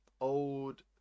old